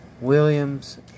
williams